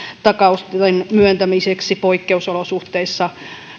takaustuen myöntämiseksi poikkeusolosuhteissa